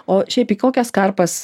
o šiaip į kokias karpas